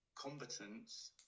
combatants